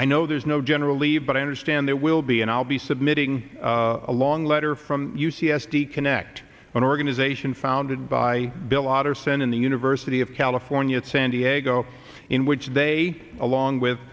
i know there's no generally but i understand there will be and i'll be submitting a long letter from u c s d connect an organization founded by bill watterson in the university of california san diego in which they along with